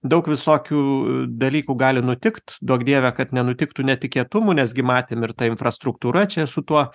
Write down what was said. daug visokių dalykų gali nutikt duok dieve kad nenutiktų netikėtumų nes gi matėm ir ta infrastruktūra čia su tuo